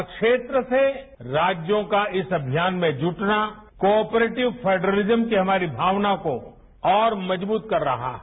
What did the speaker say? हर क्षेत्र से राज्यों का इस अभियान में जुटना कोपरेटिव फेडरिजन की हमारी भावना को और मजबूत कर रहा है